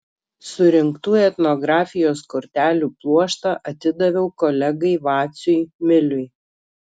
surinktų etnografijos kortelių pluoštą atidaviau kolegai vaciui miliui